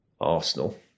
arsenal